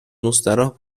مستراح